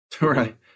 Right